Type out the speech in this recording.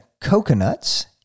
coconuts